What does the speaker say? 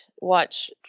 watch